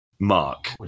Mark